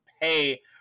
pay